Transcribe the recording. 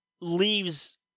leaves